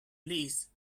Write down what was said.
please